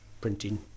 printing